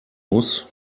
muss